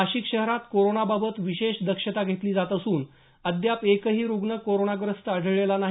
नाशिक शहरात कोरोनाबाबत विशेष दक्षता घेतली जात असून अद्याप एकही रूग्ण कोरोनाग्रस्त आढळलेला नाही